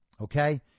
okay